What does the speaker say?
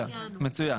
יגיע, מצוין.